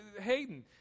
Hayden